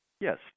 Yes